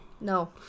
No